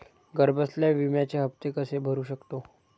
घरबसल्या विम्याचे हफ्ते कसे भरू शकतो?